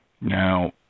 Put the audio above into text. Now